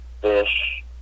fish